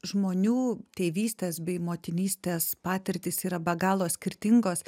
žmonių tėvystės bei motinystės patirtys yra be galo skirtingos